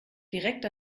direkt